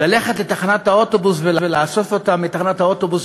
ללכת לתחנת האוטובוס ולאסוף אותה מתחנת האוטובוס